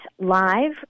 live